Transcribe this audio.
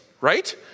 right